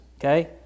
Okay